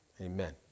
amen